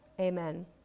Amen